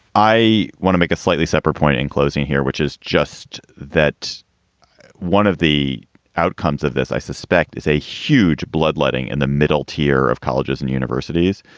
i want to make a slightly separate point in closing here, which is just that one of the outcomes of this, i suspect, is a huge bloodletting in the middle tier of colleges and universities.